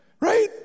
Right